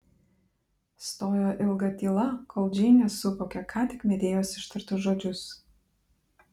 stojo ilga tyla kol džeinė suvokė ką tik medėjos ištartus žodžius